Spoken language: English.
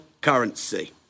currency